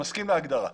מסכים להגדרה.